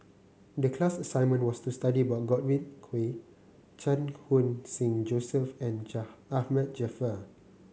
the class assignment was to study about Godwin Koay Chan Khun Sing Joseph and Jaa Ahmad Jaafar